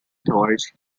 towards